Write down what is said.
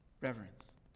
Reverence